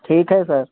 ठीक है सर